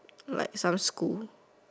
like some school